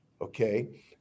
okay